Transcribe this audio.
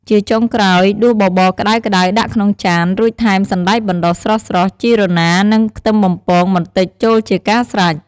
ជាចុងក្រោយ ដួសបបរក្តៅៗដាក់ក្នុងចាន រួចថែមសណ្ដែកបណ្ដុះស្រស់ៗ ជីរណារ និង ខ្ទឹមបំពងបន្តិចចូលជាការស្រេច។